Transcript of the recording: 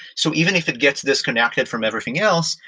so even if it gets disconnected from everything else,